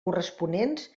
corresponents